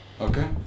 Okay